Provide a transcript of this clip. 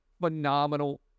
phenomenal